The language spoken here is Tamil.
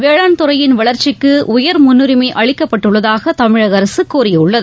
வேளாண் துறையின் வளர்ச்சிக்கு உயர் முன்னுரிமை அளிக்கப்பட்டுள்ளதாக தமிழக அரசு கூறியுள்ளது